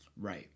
Right